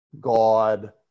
God